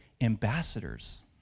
ambassadors